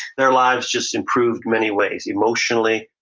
their lives just improved many ways. emotionally,